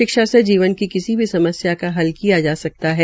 शिक्षा से जीवन की किसी भी समस्या का हल किया जा सकता है